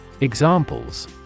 Examples